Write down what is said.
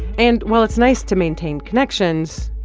and while it's nice to maintain connections,